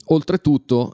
Oltretutto